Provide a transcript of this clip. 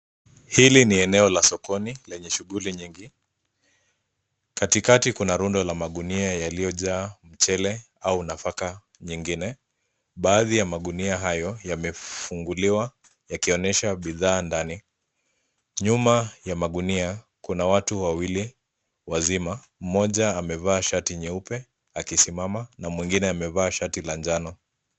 Hili ni eneo la sokoni lenye shughuli nyingi. Katikati kuna rundo la magunia yaliyojaa mchele au nafaka nyingine. Baadhi ya magunia hayo yamefunguliwa yakionesha bidhaa ndani. Nyuma ya magunia kuna watu wawili wazima mmoja amevaa shati nyeupe akisimama na mwingine amevaa shati la njano.